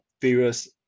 various